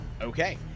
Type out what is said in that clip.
Okay